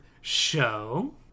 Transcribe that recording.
Show